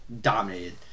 dominated